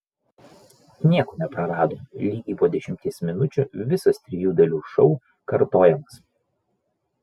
nieko neprarado lygiai po dešimties minučių visas trijų dalių šou kartojamas